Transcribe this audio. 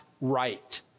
right